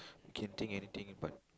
can think anything but